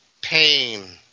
pain